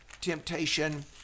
temptation